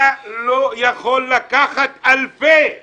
אתה לא יכול לקחת אלפי משפחות,